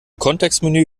kontextmenü